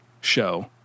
Show